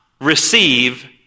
receive